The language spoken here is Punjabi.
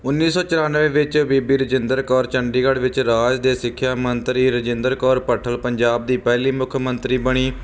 ਉੱਨੀ ਸੋ ਚੁਰਾਨਵੇਂ ਵਿੱਚ ਬੀਬੀ ਰਜਿੰਦਰ ਕੌਰ ਚੰਡੀਗੜ੍ਹ ਵਿੱਚ ਰਾਜ ਦੇ ਸਿੱਖਿਆ ਮੰਤਰੀ ਰਜਿੰਦਰ ਕੌਰ ਭੱਠਲ ਪੰਜਾਬ ਦੀ ਪਹਿਲੀ ਮੁੱਖ ਮੰਤਰੀ ਬਣੀ